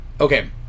Okay